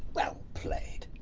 well played.